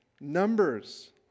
Numbers